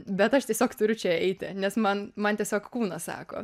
bet aš tiesiog turiu čia eiti nes man man tiesiog kūnas sako